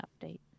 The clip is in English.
update